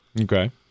Okay